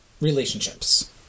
relationships